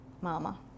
mama